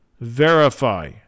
verify